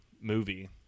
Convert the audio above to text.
movie